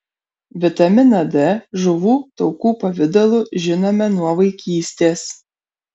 vitaminą d žuvų taukų pavidalu žinome nuo vaikystės